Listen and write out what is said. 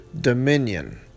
dominion